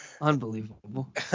Unbelievable